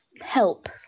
help